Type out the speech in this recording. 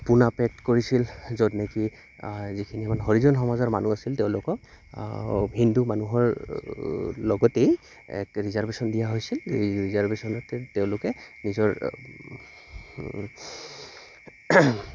পুনা pact কৰিছিল য'ত নেকি যিখিনি মানে হৰিজন সমাজৰ মানুহ আছিল তেওঁলোকক হিন্দু মানুহৰ লগতেই এক ৰিজাৰ্ভেশ্যন দিয়া হৈছিল এই ৰিজাৰ্ভেশ্যনতে তেওঁলোকে নিজৰ